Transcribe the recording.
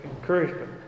encouragement